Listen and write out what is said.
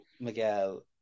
Miguel